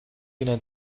ihnen